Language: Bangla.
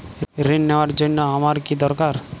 ঋণ নেওয়ার জন্য আমার কী দরকার?